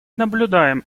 наблюдаем